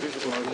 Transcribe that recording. הפניות אושרו.